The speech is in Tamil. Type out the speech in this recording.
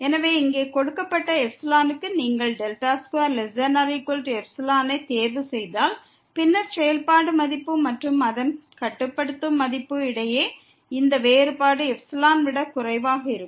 எனவே இங்கே கொடுக்கப்பட்ட ε க்கு நீங்கள் 2≤ϵ ஐ தேர்வு செய்தால் பின்னர் செயல்பாடு மதிப்பு மற்றும் அதன் கட்டுப்படுத்தும் மதிப்புக்கு இடையே இந்த வேறுபாடு ε விட குறைவாக இருக்கும்